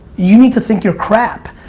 you need to think you're crap.